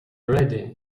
ready